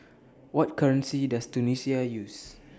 What currency Does Tunisia use